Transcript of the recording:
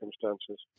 circumstances